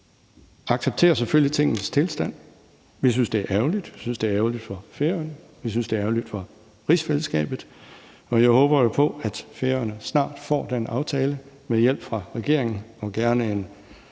Vi accepterer selvfølgelig tingenes tilstand. Vi synes, det er ærgerligt; vi synes, det er ærgerligt for Færøerne; vi synes, det er ærgerligt for rigsfællesskabet. Og jeg håber jo på, at Færøerne snart får den aftale med hjælp fra regeringen, gerne en